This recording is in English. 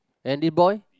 then the boy